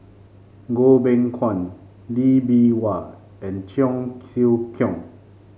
Goh Beng Kwan Lee Bee Wah and Cheong Siew Keong